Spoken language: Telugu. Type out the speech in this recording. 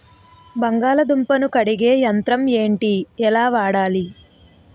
బంగాళదుంప ను కడిగే యంత్రం ఏంటి? ఎలా వాడాలి?